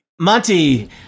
Monty